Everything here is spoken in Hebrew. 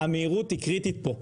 המהירות היא קריטית פה.